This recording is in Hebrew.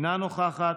אינה נוכחת,